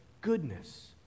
goodness